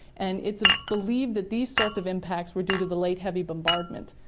and it's believed that these sorts of impacts were due to the late heavy bombardment.